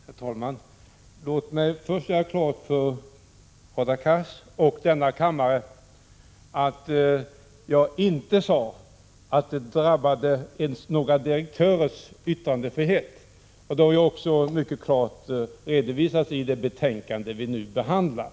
Herr talman! Låt mig först göra klart för Hadar Cars och denna kammare att jag inte sade att det drabbade endast några direktörers yttrandefrihet. Att så inte är fallet har jag också mycket klart redogjort för i det betänkande vi nu behandlar.